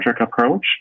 approach